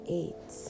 eight